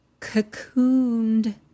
cocooned